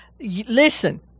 Listen